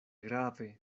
grave